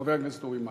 חבר הכנסת אורי מקלב.